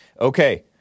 Okay